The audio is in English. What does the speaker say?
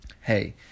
hey